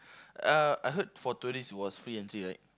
uh I heard for tourist was free entry right